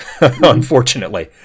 unfortunately